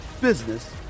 business